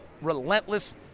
relentless